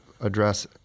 address